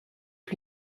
que